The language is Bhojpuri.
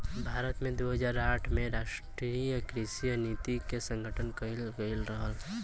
भारत में दू हज़ार आठ में राष्ट्रीय कृषि नीति के गठन कइल गइल रहे